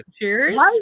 Cheers